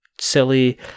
Silly